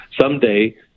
Someday